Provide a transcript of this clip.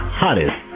hottest